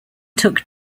took